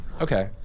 Okay